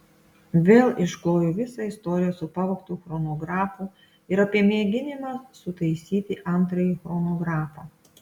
vėl išklojo visą istoriją su pavogtu chronografu ir apie mėginimą sutaisyti antrąjį chronografą